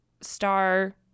star